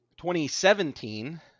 2017